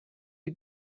you